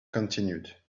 continued